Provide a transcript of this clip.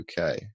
UK